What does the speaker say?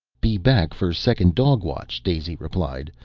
be back for second dog watch, daisy replied.